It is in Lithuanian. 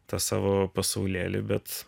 tą savo pasaulėlį bet